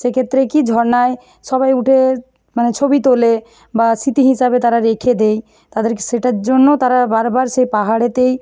সেক্ষেত্রে কী ঝর্নায় সবাই উঠে মানে ছবি তোলে বা স্মৃতি হিসাবে তারা রেখে দেয় তাদেরকে সেটার জন্য তারা বারবার সে পাহাড়েতেই